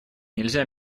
нельзя